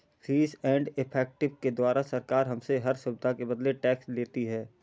fees and effective के द्वारा सरकार हमसे हर सुविधा के बदले टैक्स लेती है